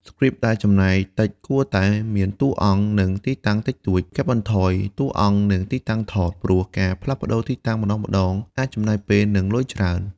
ស្គ្រីបដែលចំណាយតិចគួរតែមានតួអង្គ និងទីតាំងតិចតួច កាត់បន្ថយតួអង្គនិងទីតាំងថត ព្រោះការផ្លាស់ប្តូរទីតាំងម្តងៗអាចចំណាយពេល និងលុយច្រើន។